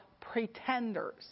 pretenders